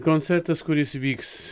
koncertas kuris vyks